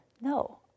No